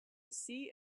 see